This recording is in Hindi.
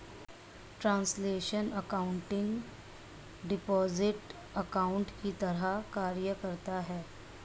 ट्रांसलेशनल एकाउंटिंग डिपॉजिट अकाउंट की तरह कार्य करता है